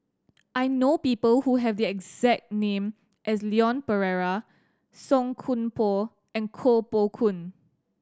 I know people who have the exact name as Leon Perera Song Koon Poh and Koh Poh Koon